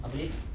habis